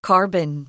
Carbon